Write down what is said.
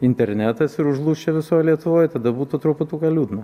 internetas ir užlūš čia visoj lietuvoj tada būtų truputu liūdna